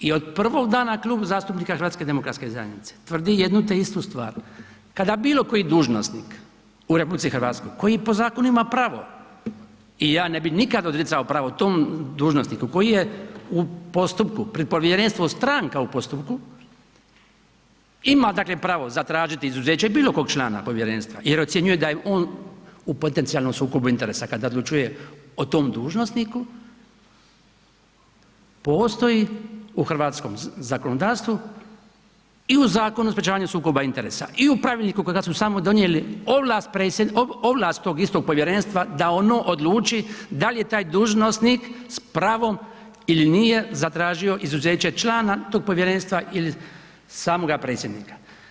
I od prvog dana Klub zastupnika HDZ-a tvrdi jednu te istu stvar, kada bilo koji dužnosnik u RH koji po zakonu ima pravo i ja ne bi nikad ne bi odricao pravo tom dužnosniku koji je u postupku pred povjerenstvom, stranka u postupku ima pravo zatražiti izuzeće bilo kog članstva povjerenstva jer ocjenjuje da je on u potencijalnom sukobu interesa kada odlučuje o tom dužnosniku postoji u hrvatskom zakonodavstvu i u Zakonu o sprečavanju sukoba interesa i u Pravilniku kojega su sami donijeli ovlast tog istog povjerenstva da ono odluči da li je taj dužnosnik s pravom ili nije zatražio izuzeće člana tog povjerenstva ili samoga predsjednika.